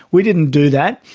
we didn't do that.